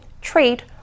trade